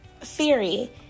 theory